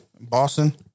Boston